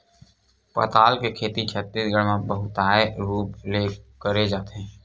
पताल के खेती छत्तीसगढ़ म बहुताय रूप ले करे जाथे